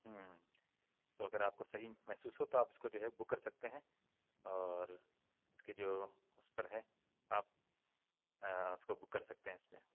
ہوں تو پھر آپ کو صحیح محسوس ہو تو آپ اس کو جو ہے بک کر سکتے ہیں اور اس کی جو اس پر ہے آپ اس کو بک کر سکتے ہیں اس میں